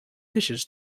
fishes